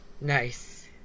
Nice